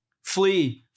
Flee